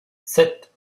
sept